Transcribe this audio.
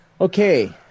Okay